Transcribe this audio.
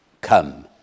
come